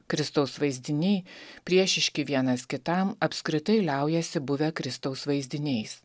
kristaus vaizdiniai priešiški vienas kitam apskritai liaujasi buvę kristaus vaizdiniais